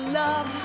love